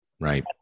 Right